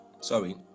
Sorry